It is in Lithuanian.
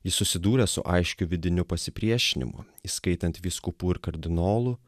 jis susidūrė su aiškiu vidiniu pasipriešinimu įskaitant vyskupų ir kardinolų